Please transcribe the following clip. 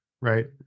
Right